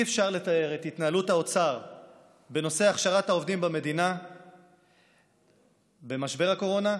אי-אפשר לתאר את התנהלות האוצר בנושא הכשרת העובדים במדינה במשבר אלא